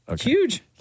huge